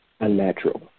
Unnatural